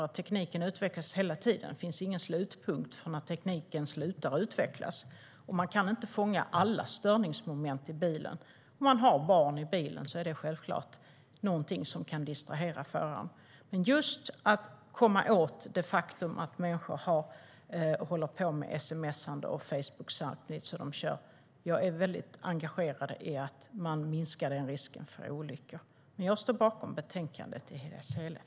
Tekniken utvecklas hela tiden, och det finns ingen slutpunkt för utvecklingen. Man kan inte fånga alla störningsmoment i bilen. Har man barn i bilen är det självklart något som kan distrahera föraren. Men just att komma åt det faktum att människor håller på med sms och Facebook samtidigt som de kör är angeläget. Jag är väldigt engagerad i att man minskar den risken för olyckor. Jag står bakom förslaget i betänkandet i dess helhet.